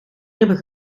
ribben